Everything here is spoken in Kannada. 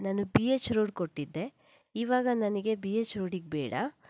ನಾನು ಬಿ ಎಚ್ ರೋಡ್ ಕೊಟ್ಟಿದ್ದೆ ಈವಾಗ ನನಗೆ ಬಿ ಎಚ್ ರೋಡಿಗೆ ಬೇಡ